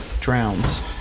Drowns